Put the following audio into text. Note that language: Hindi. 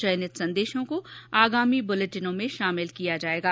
चयनित संदेशों को आगामी बूलेटिनों में शामिल किया जाएगा